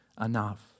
enough